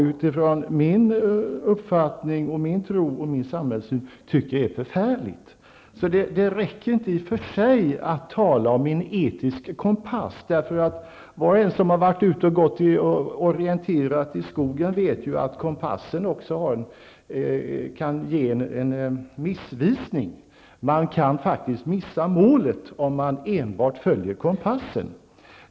Utifrån min uppfattning, tro och samhällssyn tycker jag att det är förfärligt. Det räcker således inte med att i och för sig tala om en etisk kompass. Var och en som har orienterat i skogen vet att kompassen också kan vara missvisande. Man kan faktiskt missa målet om man enbart följer kompassen.